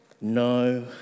No